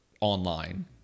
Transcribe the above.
online